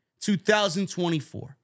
2024